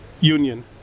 Union